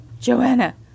Joanna